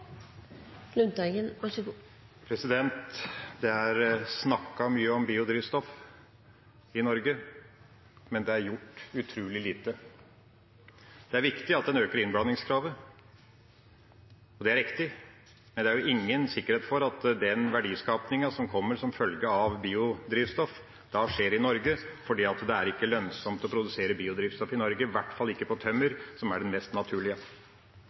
gjort utrolig lite. Det er viktig at en øker innblandingskravet. Det er rett, men det er ingen sikkerhet for at den verdiskapingen som kommer som følge av biodrivstoff, skjer i Norge, for det er ikke lønnsomt å produsere biodrivstoff i Norge – i hvert fall ikke på tømmer, som er det mest naturlige.